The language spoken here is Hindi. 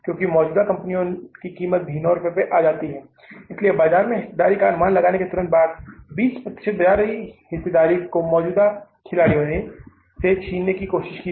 क्योंकि मौजूदा खिलाड़ियों की कीमत भी 9 रुपये पर आ जाते है इसलिए बाजार में हिस्सेदारी का अनुमान लगाने के तुरंत बाद 20 प्रतिशत बाजार हिस्सेदारी को मौजूदा खिलाड़ियों से छीनने की कोशिश की